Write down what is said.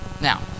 Now